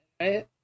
right